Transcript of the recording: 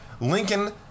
Lincoln